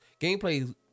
gameplay